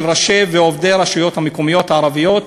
ראשי ועובדי הרשויות המקומיות הערביות,